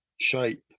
shape